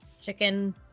chicken